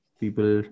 people